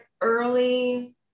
early